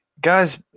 Guys